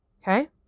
Okay